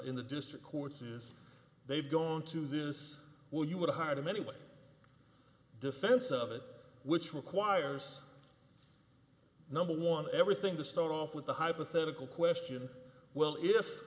in the district court says they've gone to this well you would hire them anyway defense of it which requires number one everything to start off with the hypothetical question well if